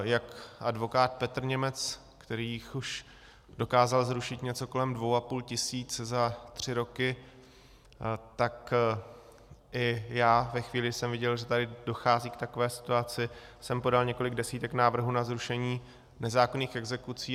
Jak advokát Petr Němec, který jich už dokázal rušit něco kolem 2,5 tisíce za tři roky, tak i já ve chvíli, kdy jsem viděl, že tady dochází k takové situaci, jsem podal několik desítek návrhů na zrušení nezákonných exekucí.